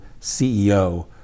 CEO